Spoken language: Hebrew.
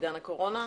עידן הקורונה,